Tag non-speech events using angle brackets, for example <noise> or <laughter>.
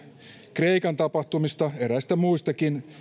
kreikan tapahtumista eräistä muistakin <unintelligible>